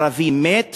ערבי מת